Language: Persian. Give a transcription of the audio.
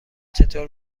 چطور